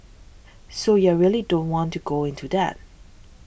so you are really don't want to go into that